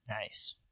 Nice